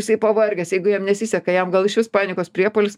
jisai pavargęs jeigu jam nesiseka jam gal išvis panikos priepuolis